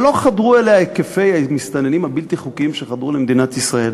שלא חדרו אליה היקפי המסתננים הבלתי-חוקיים שחדרו למדינת ישראל,